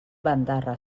bandarra